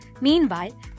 Meanwhile